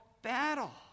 battle